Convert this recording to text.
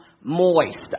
moist